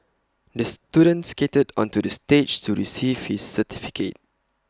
the student skated onto the stage to receive his certificate